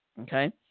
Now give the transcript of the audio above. Okay